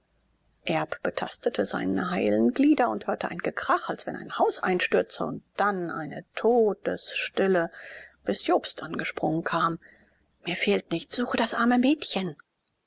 betastete seine heilen glieder und hörte ein gekrach als wenn ein haus einstürze und dann eine todesstille bis jobst angesprungen kam mir fehlt nichts suche das arme mädchen